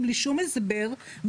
ב-2010 הממשלה הטילה עלינו,